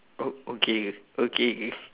oh okay okay